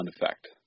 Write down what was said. effect